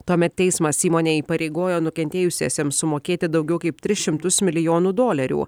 tuomet teismas įmonę įpareigojo nukentėjusiesiems sumokėti daugiau kaip tris šimtus milijonų dolerių